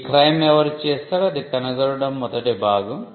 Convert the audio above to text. ఈ క్రైమ్ ఎవరు చేసారో అది కనుగొనడం మొదటి భాగం